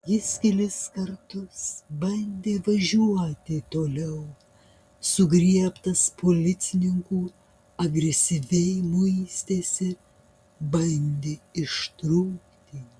jis kelis kartus bandė važiuoti toliau sugriebtas policininkų agresyviai muistėsi bandė ištrūkti